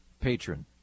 Patron